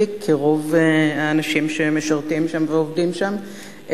כרוב האנשים שמשרתים שם ועובדים שם,